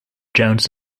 jones